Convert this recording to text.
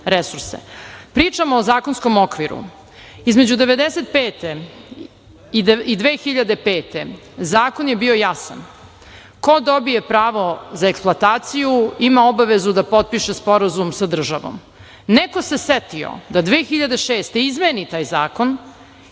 resurse. Pričamo o zakonskom okviru. Između 1995. i 2005. godine zakon je bio jasan, ko dobije pravo za eksploataciju, ima obavezu da potpiše sporazum sa državom. Neko se setio da 2006. godine izmeni taj zakon,